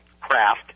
craft